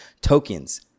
tokens